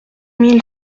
mille